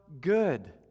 good